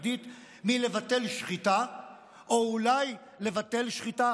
מלבטל שחיטה או אולי לבטל שחיטה כשרה?